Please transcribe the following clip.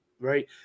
right